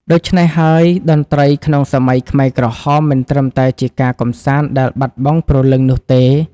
ដូច្នេះហើយ តន្ត្រីក្នុងសម័យខ្មែរក្រហមមិនត្រឹមតែជាការកម្សាន្តដែលបាត់បង់ព្រលឹងនោះទេ។